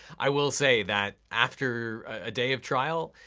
i will say that after a day of trial,